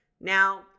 Now